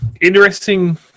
Interesting